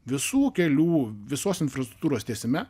visų kelių visos infrastruktūros tiesime